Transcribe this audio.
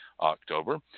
October